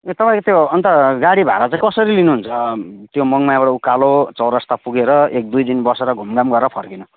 ए तपाईँको त्यो अन्त गाडी भाडा चाहिँ कसरी लिनु हुन्छ त्यो मङमायाबाट उकालो चौरास्ता पुगेर एकदुई दिन बसेर घुमघाम गरेर फर्किनु